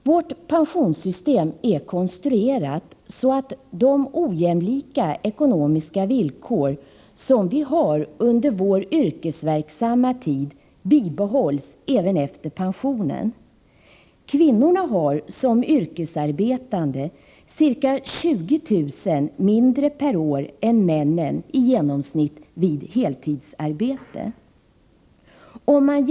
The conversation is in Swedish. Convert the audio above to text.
Vårt pensionssystem är konstruerat så, att de ojämlika ekonomiska villkor som vi har under vår yrkesverksamma tid bibehålls även när pensionsåldern har inträtt. Vid heltidsarbete har kvinnorna i yrkesarbete i genomsnitt ca 20 000 kr. mindre per år än männen.